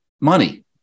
money